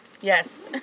Yes